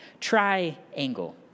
triangle